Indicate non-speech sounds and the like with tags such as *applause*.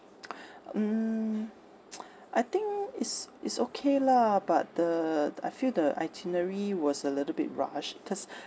*noise* mm *noise* I think is is okay lah but the I feel the itinerary was a little bit rushed cause